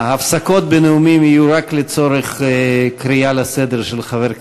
ההפסקות בנאומים יהיו רק לצורך קריאה לסדר של חבר כנסת,